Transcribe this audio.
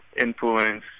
influence